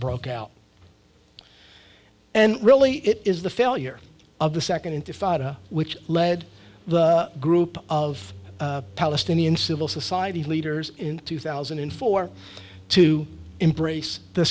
broke out and really it is the failure of the second intifada which led the group of palestinian civil society leaders in two thousand and four to embrace the